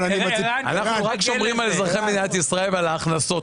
אנחנו רק שומרים על אזרחי מדינת ישראל ועל ההכנסות.